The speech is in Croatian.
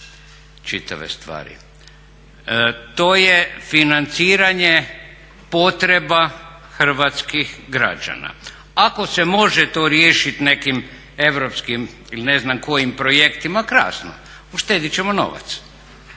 čitave stvari. To je financiranje potreba hrvatskih građana. Ako se može to riješiti nekim europskim ili ne znam kojim projektima, krasno, uštedjet ćemo novac.